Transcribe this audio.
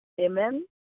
Amen